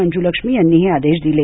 मंजुलक्ष्मी यांनी हे आदेश दिले